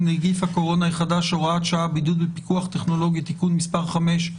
נגיף הקורונה החדש (הוראת שעה) (בידוד בפיקוח טכנולוגי) (תיקון מס' 5),